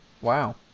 wow